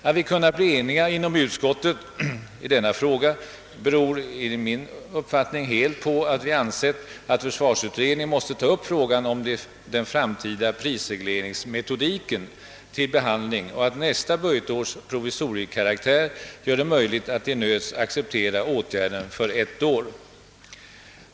Att vi kunnat bli eniga inom utskottet i denna fråga beror enligt min uppfattning helt på att vi ansett att försvarsutredningen måste ta upp frågan om den framtida prisregleringsmetodiken = till behandling och att nästa budgetårs provisoriekaraktär i fråga om anslagen gör det möjligt att till nöds acceptera åtgärden för ett år.